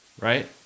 right